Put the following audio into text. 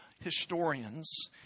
historians